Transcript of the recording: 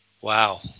Wow